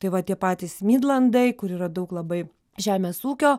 tai va tie patys midlandai kur yra daug labai žemės ūkio